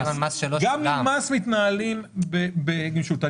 גם עם מס מתנהלים בגמישות.